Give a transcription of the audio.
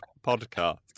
Podcast